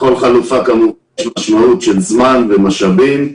לכל חלופה יש משמעות של זמן ומשאבים.